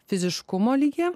fiziškumo likę